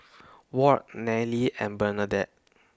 Ward Nelly and Bernadette